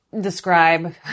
describe